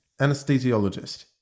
Anesthesiologist